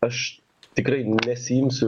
aš tikrai nesiimsiu